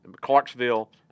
Clarksville